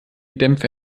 dämpfe